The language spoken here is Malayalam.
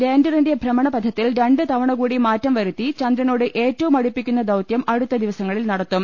ലാന്ററിന്റെ ഭ്രമണപഥത്തിൽ രണ്ട് തവണ കൂടി മാറ്റം വരുത്തി ചന്ദ്രനോട് ഏറ്റവും അടുപ്പിക്കുന്ന ദൌത്യം അടുത്ത ദിവസങ്ങളിൽ നടത്തും